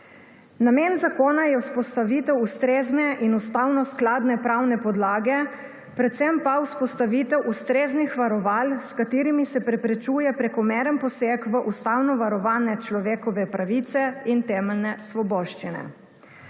Namen zakona je vzpostavitev ustrezne in ustavnoskladne pravne podlage, predvsem pa vzpostavitev ustreznih varoval, s katerimi se preprečuje prekomeren poseg v ustavno varovane človekove pravice in temeljne svoboščine.